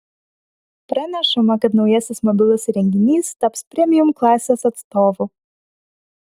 pranešama kad naujasis mobilus įrenginys taps premium klasės atstovu